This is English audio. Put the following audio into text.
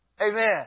Amen